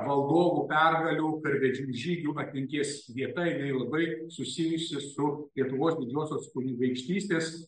valdovų pergalių karvedžių žygiųatminties vieta jinai labai susijusi su lietuvos didžiosios kunigaikštystės